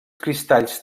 cristalls